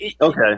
Okay